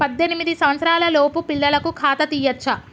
పద్దెనిమిది సంవత్సరాలలోపు పిల్లలకు ఖాతా తీయచ్చా?